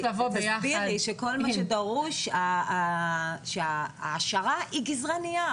תסבירי שכל מה שדרוש, שההעשרה היא גזרי נייר.